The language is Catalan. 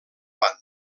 banda